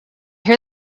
hear